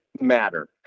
matter